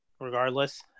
regardless